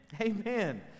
Amen